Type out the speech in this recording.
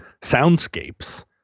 soundscapes